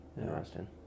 interesting